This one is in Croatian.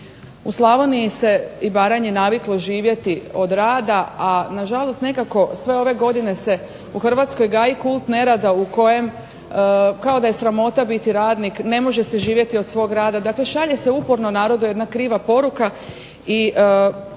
U Slavoniji se i Baranji naviklo živjeti od rada, a na žalost nekako sve ove godine se u Hrvatskoj gaji kult nerada u kojem kao da je sramota biti radnik, ne može se živjeti od svog rada, dakle šalje se uporno narodu jedna kriva poruka